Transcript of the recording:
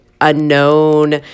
unknown